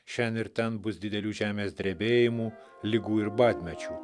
šen ir ten bus didelių žemės drebėjimų ligų ir badmečių